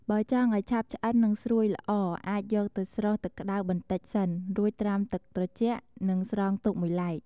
បើចង់ឱ្យឆាប់ឆ្អិននិងស្រួយល្អ អាចយកទៅស្រុះទឹកក្ដៅបន្តិចសិន រួចត្រាំទឹកត្រជាក់និងស្រង់ទុកមួយឡែក។